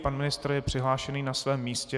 Pan ministr je přihlášen na svém místě.